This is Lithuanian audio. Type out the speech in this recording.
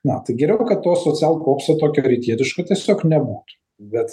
na tai geriau kad to socialpopso tokio rytietiško tiesiog nebūtų bet